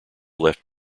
left